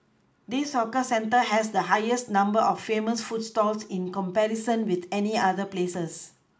this hawker centre has the highest number of famous food stalls in comparison with any other places